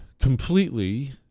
completely